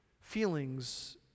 feelings